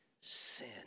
sin